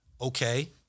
okay